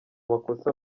makosa